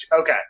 okay